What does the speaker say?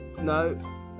no